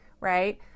right